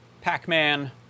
Pac-Man